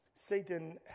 Satan